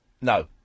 No